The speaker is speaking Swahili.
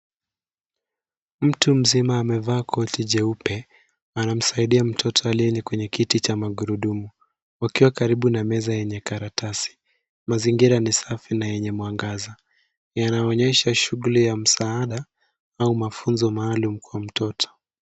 Mtu mzima amevaa koti jeupe. Anamsaidia mtoto aliye kwenye kiti cha magurudumu wakiwa karibu na meza yenye karatasi. Mazingira ni safi na yenye mwangaza. Yanaonyesha shughuli za msaada au mafunzo maalum kwa mtoto.